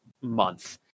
month